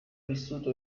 vissuto